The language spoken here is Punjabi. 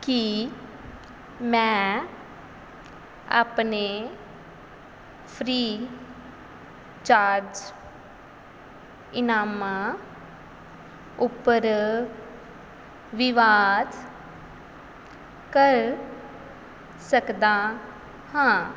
ਕੀ ਮੈਂ ਆਪਣੇ ਫ੍ਰੀ ਚਾਰਜ ਇਨਾਮਾਂ ਉੱਪਰ ਵਿਵਾਦ ਕਰ ਸਕਦਾ ਹਾਂ